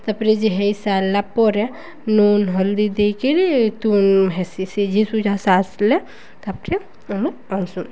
ତାପରେ ଯେ ହେଇ ସାରିଲା ପରେ ନୁନ ହଲଦି ଦେଇକିରି ତୁନ ହେସି ସିଝି ସୁଝା ଯାହା ସାରିଲେ ତାପରେ ଆମେ ଆଣସୁନ୍